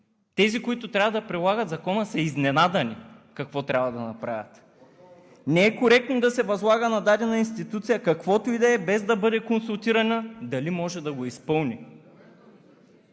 тези, които трябва да прилагат Закона, са изненадани какво трябва да направят. Не е коректно да се възлага на дадена институция каквото и да е, без да бъде консултирана дали може да го изпълни.